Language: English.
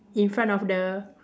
in front of the